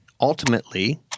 ultimately